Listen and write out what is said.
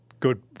Good